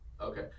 okay